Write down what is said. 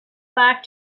back